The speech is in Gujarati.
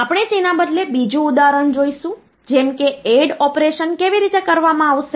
આપણે તેના બદલે બીજું ઉદાહરણ જોઈશું જેમ કે એડ ઑપરેશન કેવી રીતે કરવામાં આવશે